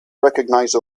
recognize